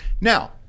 Now